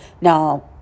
Now